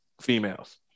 females